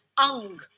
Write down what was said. Ang